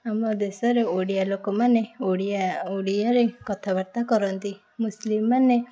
ଆମ ଦେଶରେ ଓଡ଼ିଆ ଲୋକମାନେ ଓଡ଼ିଆ ଓଡ଼ିଆରେ କଥାବାର୍ତ୍ତା କରନ୍ତି ମୁସଲିମ୍ ମାନେ